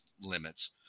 limits